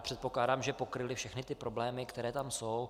Předpokládám, že pokryla všechny problémy, které tam jsou.